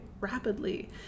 rapidly